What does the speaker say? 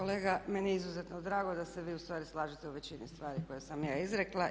Kolega, meni je izuzetno drago da se vi ustvari slažete u većini stvari koje sam ja izrekla.